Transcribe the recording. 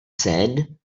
said